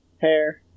hair